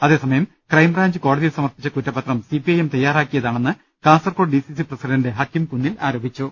അതേസമയം ക്രൈംബ്രാഞ്ച് കോടതിയിൽ സമർപ്പിച്ച കുറ്റപത്രം സി പി ഐ എം തയ്യാറാക്കിയതാണെന്ന് Kasaragod D C C president Hakeem Kunnil ആരോപിച്ചു